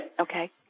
Okay